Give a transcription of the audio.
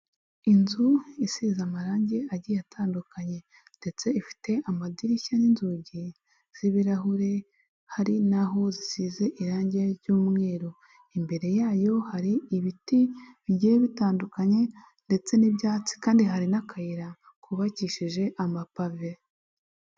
Inzu isize amarangi agiye atandukanye ndetse ifite amadirishya n'inzugi z'ibirahure, hari n'aho zisize irangi ry'umweru. Imbere yayo hari ibiti bigiye bitandukanye ndetse n'ibyatsi kandi hari n'akayira kubakishije amapave.